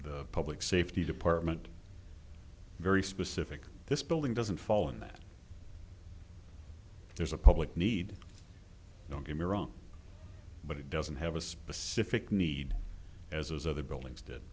the public safety department very specific this building doesn't fall in that there's a public need don't get me wrong but it doesn't have a specific need as other buildings did